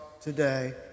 today